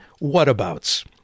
whatabouts